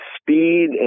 speed